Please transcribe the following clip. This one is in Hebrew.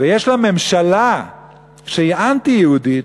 ויש לה ממשלה שהיא אנטי-יהודית,